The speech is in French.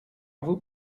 vous